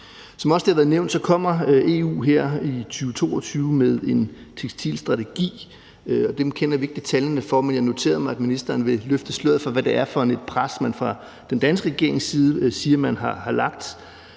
det også har været nævnt, kommer EU her i 2022 med en tekstilstrategi, og den kender vi ikke detaljerne for, men jeg noterede mig, at ministeren vil løfte sløret for, hvad det er for et pres, man fra den danske regerings side siger man har lagt.